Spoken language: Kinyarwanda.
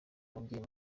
umubyeyi